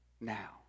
now